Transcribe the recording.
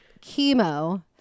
chemo